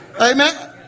amen